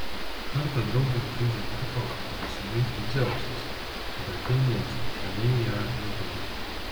kartą draugėms žaidžiant dvikovą įsimaišė dzeusas ir atėnė atsitiktinai ją nužudė